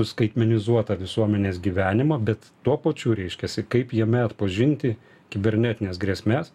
skaitmenizuotą visuomenės gyvenimą bet tuo pačiu reiškiasi kaip jame atpažinti kibernetines grėsmes